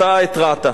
אתה התרעת.